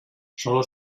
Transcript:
solo